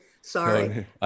Sorry